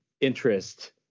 interest